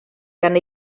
gan